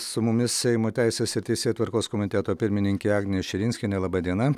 su mumis seimo teisės ir teisėtvarkos komiteto pirmininkė agnė širinskienė laba diena